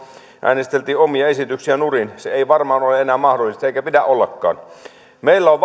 äänesteltiin omia esityksiä nurin se ei varmaan ole enää mahdollista eikä pidä ollakaan meillä on